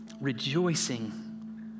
rejoicing